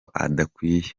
adakwiye